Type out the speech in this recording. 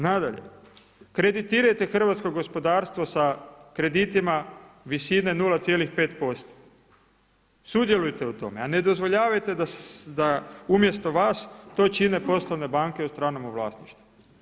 Nadalje, kreditirajte hrvatsko gospodarstvo sa kreditima visine 0,5%, sudjelujte u tome a ne dozvoljavajte da umjesto vas to čine poslovne banke u stranom vlasništvu.